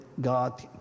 God